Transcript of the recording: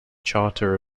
charter